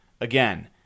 Again